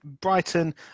Brighton